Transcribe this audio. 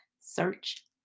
Search